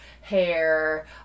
hair